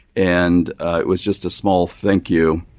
and it was just a small thank you